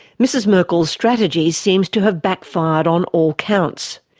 mrs merkel's strategy seems to have backfired on all counts.